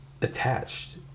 attached